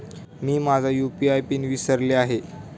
मी माझा UPI PIN विसरले आहे